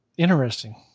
Interesting